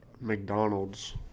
McDonald's